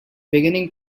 beginning